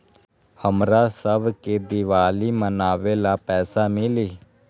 हमरा शव के दिवाली मनावेला पैसा मिली?